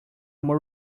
more